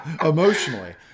Emotionally